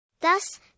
Thus